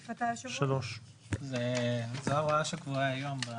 זאת ההוראה שקבועה היום.